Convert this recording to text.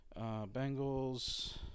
Bengals